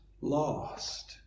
lost